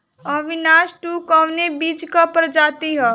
अविनाश टू कवने बीज क प्रजाति ह?